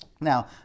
Now